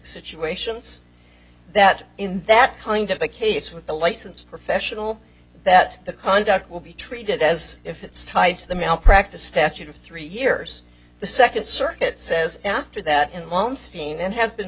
situations that in that kind of a case with a licensed professional that the conduct will be treated as if it's tied to the malpractise statute of three years the second circuit says after that in one scene and has been